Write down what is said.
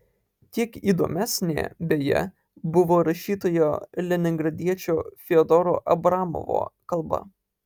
kiek įdomesnė beje buvo rašytojo leningradiečio fiodoro abramovo kalba